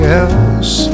else